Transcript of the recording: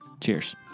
Cheers